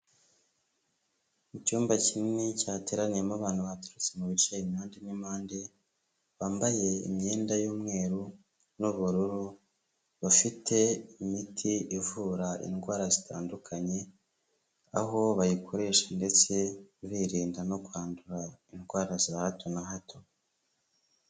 Icyumba kinini cyateraniyemo abantu baturutse mu bice impande n'impande, bambaye imyenda y'umweru n'ubururu, bafite imiti ivura indwara zitandukanye, aho bayikoresha ndetse birinda no kwandura indwara za hato na hato.